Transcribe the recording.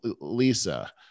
lisa